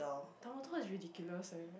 Dumbledore is ridiculous eh